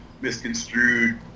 misconstrued